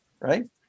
Right